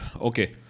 Okay